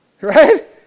Right